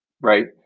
right